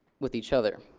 with each other,